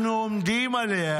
אנחנו עומדים עליה".